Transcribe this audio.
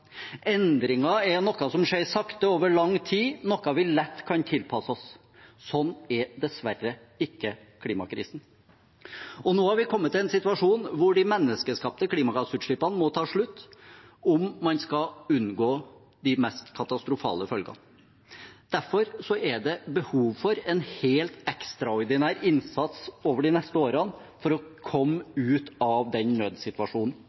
er noe som skjer sakte over lang tid, noe vi lett kan tilpasse oss. Sånn er dessverre ikke klimakrisen. Nå er vi kommet i en situasjon der de menneskeskapte klimagassutslippene må ta slutt om man skal unngå de mest katastrofale følgene. Derfor er det behov for en helt ekstraordinær innsats over de neste årene for å komme ut av den